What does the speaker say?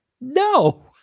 no